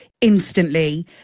instantly